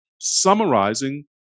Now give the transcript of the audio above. summarizing